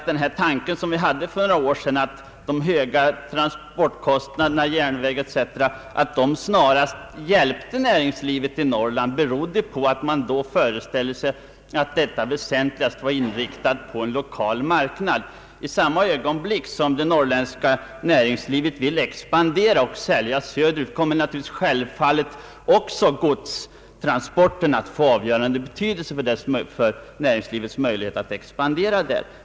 Den tanke som framfördes för några år sedan, nämligen att de höga transportkostnaderna på järnväg snarast hjälpte näringslivet i Norrland, berodde på att man då föreställde sig att näringslivet där väsentligen var inriktat på en lokal marknad. I samma ögonblick som det norrländska näringslivet vill expandera och sälja söderut kommer självfallet godstransporterna att få en avgörande betydelse för näringslivets möjligheter att expandera.